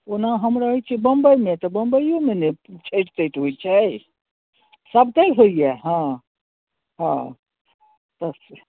ओना हम रहै छिए बम्बइमे तऽ बम्बइओमे नहि छठि तठि होइ छै सबतरि होइए हँ हँ तऽ से